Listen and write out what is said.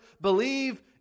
believe